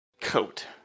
coat